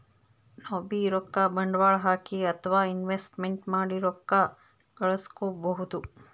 ನಾವ್ಬೀ ರೊಕ್ಕ ಬಂಡ್ವಾಳ್ ಹಾಕಿ ಅಥವಾ ಇನ್ವೆಸ್ಟ್ಮೆಂಟ್ ಮಾಡಿ ರೊಕ್ಕ ಘಳಸ್ಕೊಬಹುದ್